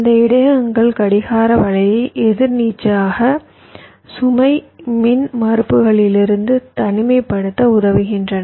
இந்த இடையகங்கள் கடிகார வலையை எதிர் நீச்சாக சுமை மின்மறுப்புகளிலிருந்து தனிமைப்படுத்த உதவுகின்றன